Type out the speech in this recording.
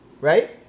right